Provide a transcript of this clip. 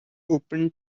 open